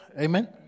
Amen